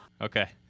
Okay